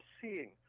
seeing